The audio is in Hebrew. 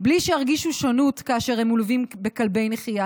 בלי שירגישו שונות כאשר הם מלווים בכלבי נחייה.